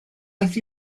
aeth